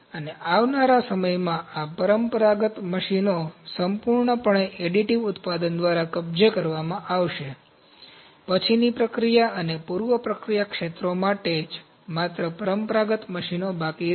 અને આવનારા સમયમાં આ પરંપરાગત મશીનો સંપૂર્ણપણે એડિટિવ ઉત્પાદન દ્વારા કબજે કરવામાં આવશે પછીની પ્રક્રિયા અને પૂર્વ પ્રક્રિયા ક્ષેત્રો માટે જ માત્ર પરંપરાગત મશીનો બાકી રહેશે